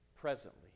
presently